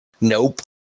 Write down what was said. Nope